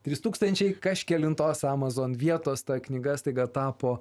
trys tūkstančiai kažkelintos amazon vietos ta knyga staiga tapo